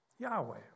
Yahweh